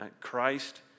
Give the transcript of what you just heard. Christ